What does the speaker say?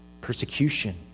persecution